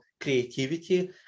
creativity